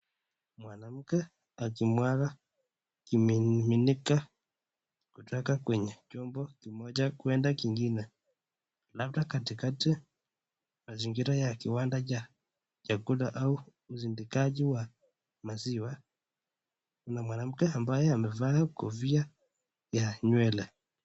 Mwanamke akimwaga kimiminika kutoka kwenye chombo kimoja kwenda kwengine labda katikati mazingira ya kiwanda cha chakula au uzindikaji wa maziwa . Kuna mwanamke ambaye amevaa kofia ya nywele.